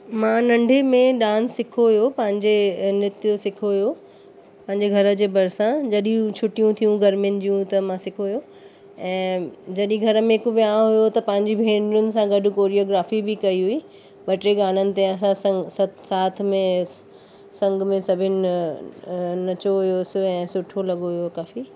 मां नंढे में डांस सिखो हुयो पंहिंजे ऐं नृत्य सिखियो हुयो पंहिंजे घर जे भरिसा जडहिं छुट्टियूं थियूं गर्मियुनि जूं त मां सिखो हुयो ऐं जडहिं घर में हिकु व्याव हुयो त पंहिंजी भेनरियुनि सां गॾु कोर्योग्राफी बि कई हुई ॿ टे गाननि ते असां संग सत साथ में संग में सभिनि नचो हुयसि ऐं सुठो लॻो हुयो काफी